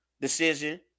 decision